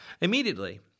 Immediately